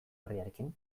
herriarekin